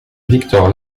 victor